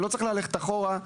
ולא צריך ללכת אחורה.